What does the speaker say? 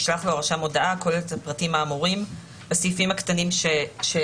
ישלח לו הרשם הודעה הכוללת את הפרטים האמורים בסעיף קטן (א)(1),